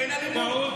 אין אלימות?